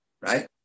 right